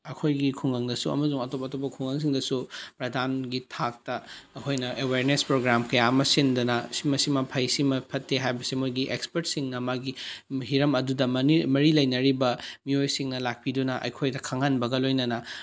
ꯑꯩꯈꯣꯏꯒꯤ ꯈꯨꯡꯒꯪꯗꯁꯨ ꯑꯃꯁꯨꯡ ꯑꯇꯣꯞ ꯑꯇꯣꯞꯄ ꯈꯨꯡꯒꯪꯁꯤꯡꯗꯁꯨ ꯄ꯭ꯔꯗꯥꯟꯒꯤ ꯊꯥꯛꯇ ꯃꯈꯣꯏꯅ ꯑꯦꯋꯥꯔꯅꯦꯁ ꯄ꯭ꯔꯣꯒ꯭ꯔꯥꯝ ꯀꯌꯥ ꯑꯃ ꯁꯤꯟꯗꯅ ꯁꯤꯃ ꯁꯤꯃ ꯐꯩ ꯁꯤꯃ ꯐꯠꯇꯦ ꯍꯥꯏꯕꯁꯤ ꯃꯣꯏꯒꯤ ꯑꯦꯛꯁꯄꯥꯔꯠꯁꯤꯡꯅ ꯃꯥꯒꯤ ꯍꯤꯔꯝ ꯑꯗꯨꯗ ꯃꯔꯤ ꯂꯩꯅꯔꯤꯕ ꯃꯤꯑꯣꯏꯁꯤꯡꯅ ꯂꯥꯛꯄꯤꯗꯨꯅ ꯑꯩꯈꯣꯏꯗ ꯈꯪꯍꯟꯕꯒ ꯂꯣꯏꯅꯅ